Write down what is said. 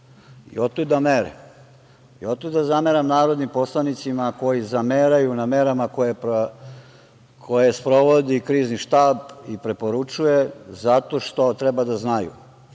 i otuda mere. Otuda zameram narodnim poslanicima koji zameraju na merama koje sprovodi Krizni štab i preporučuje zato što treba da znaju